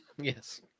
yes